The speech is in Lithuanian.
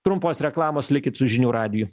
trumpos reklamos likit su žinių radiju